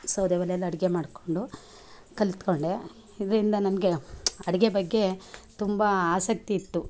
ಸೌದೆ ಒಲೆಯಲ್ಲಿ ಅಡುಗೆ ಮಾಡಿಕೊಂಡು ಕಲಿತುಕೊಂಡೆ ಇದರಿಂದ ನನಗೆ ಅಡುಗೆ ಬಗ್ಗೆ ತುಂಬ ಆಸಕ್ತಿ ಇತ್ತು